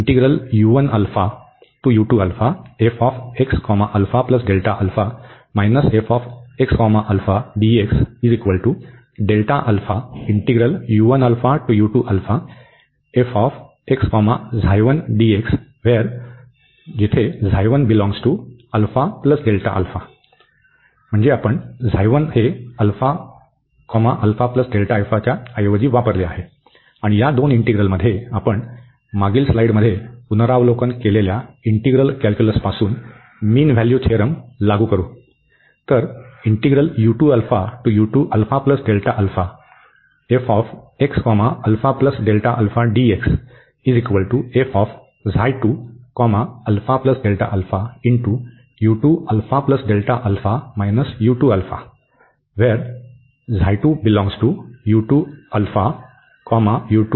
आणि या दोन इंटीग्रलमध्ये आपण मागील स्लाइडमध्ये पुनरावलोकन केलेल्या इंटीग्रल कॅल्क्युलसपासून मीन व्हॅल्यू थेरम लागू करू